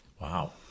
Wow